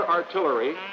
artillery